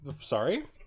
Sorry